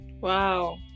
Wow